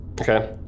Okay